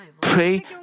pray